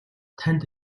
танд